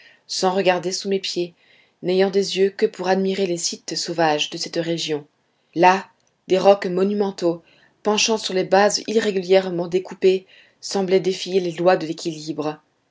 sans regarder sous mes pieds n'ayant des yeux que pour admirer les sites sauvages de cette région là des rocs monumentaux penchant sur leurs bases irrégulièrement découpées semblaient défier les lois de l'équilibre